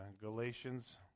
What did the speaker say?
Galatians